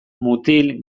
mutil